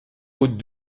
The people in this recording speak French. route